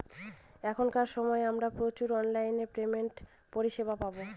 এখনকার সময় আমরা প্রচুর অনলাইন পেমেন্টের পরিষেবা পাবো